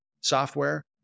software